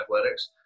athletics